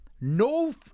No